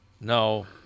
No